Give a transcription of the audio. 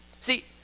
See